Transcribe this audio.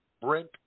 Brent